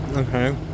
Okay